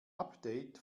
update